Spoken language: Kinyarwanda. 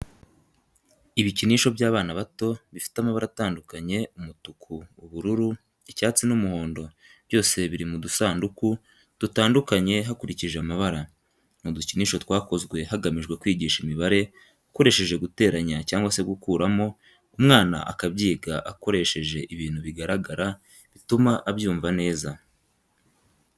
Ibikinisho by'abana bato bifite amabara atandukanye umutuku, ubururu, icyatsi n'umuhondo byose biri mu dusanduku dutandukanye hakurikije amabara. Ni udukinisho twakozwe hagamijwe kwigisha imibare ukoresheje guteranya cyangwa se gukuramo umwana akabyiga akoresheje ibintu bigaragara bituma abyumva neza.